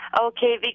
okay